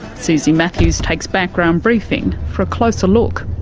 suzie matthews takes background briefing for a closer look.